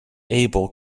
abel